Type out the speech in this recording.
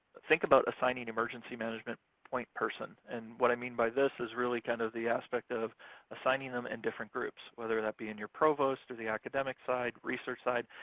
think about assigning emergency management point person. and what i mean by this is really kind of the aspect of assigning them in different groups, whether that be in your provost or the academic side, research side.